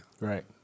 Right